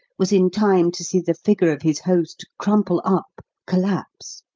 was in time to see the figure of his host crumple up, collapse,